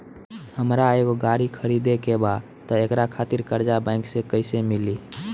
हमरा एगो गाड़ी खरीदे के बा त एकरा खातिर कर्जा बैंक से कईसे मिली?